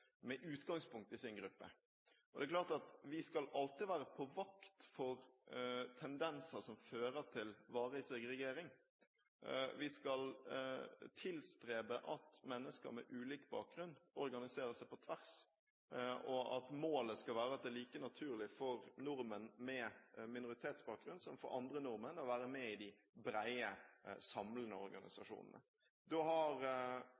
med utgangspunkt i sin gruppe. Det er klart at vi alltid skal være på vakt for tendenser som fører til varig segregering. Vi skal tilstrebe at mennesker med ulik bakgrunn organiserer seg på tvers, og at målet skal være at det er like naturlig for nordmenn med minoritetsbakgrunn som for andre nordmenn å være med i de brede, samlende organisasjonene. Da har